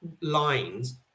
lines